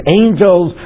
angels